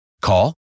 Call